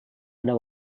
ada